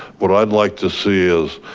what i'd like to see is,